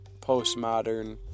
postmodern